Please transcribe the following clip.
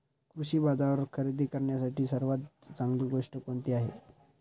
कृषी बाजारावर खरेदी करण्यासाठी सर्वात चांगली गोष्ट कोणती आहे?